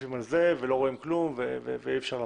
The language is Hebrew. מוסיפים על זה ולא רואים כלום וכך אי אפשר לעבוד.